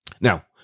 Now